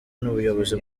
n’ubuyobozi